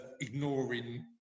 ignoring